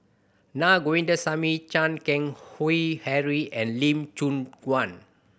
Na Govindasamy Chan Keng Howe Harry and Lee Choon Guan